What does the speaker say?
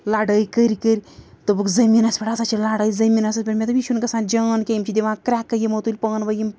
لَڑٲے کٔرۍ کٔرۍ دوٚپُکھ زمیٖنَس پٮ۪ٹھ ہاسا چھِ لڑٲے زٔمیٖنَس مےٚ دوٚپ یہِ چھُنہٕ گژھان جان کیٚنٛہہ یِم چھِ دوان کرٛٮ۪کہٕ یِمو تُلۍ پانہٕ ؤنۍ یِم